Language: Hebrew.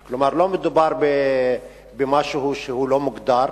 כלומר, לא מדובר במשהו שהוא לא מוגדר.